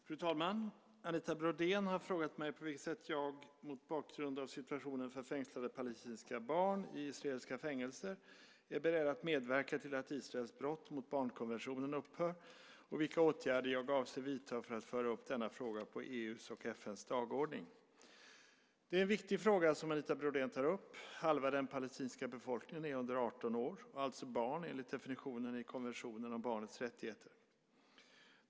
Fru talman! Anita Brodén har frågat mig på vilka sätt jag, mot bakgrund av situationen för fängslade palestinska barn i israeliska fängelser, är beredd att medverka till att Israels brott mot barnkonventionen upphör och vilka åtgärder jag avser att vidta för att föra upp denna fråga på EU:s och FN:s dagordning. Det är en viktig fråga som Anita Brodén tar upp. Halva den palestinska befolkningen är under 18 år och alltså barn enligt definitionen i konventionen om barnets rättigheter.